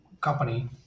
company